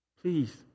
Please